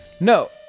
No